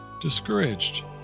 discouraged